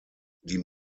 die